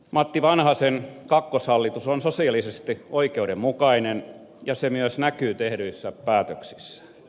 matti vanhasen kakkoshallitus on sosiaalisesti oikeudenmukainen ja se myös näkyy tehdyissä päätöksissä